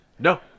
No